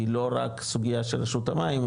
היא לא רק סוגייה של רשות המים,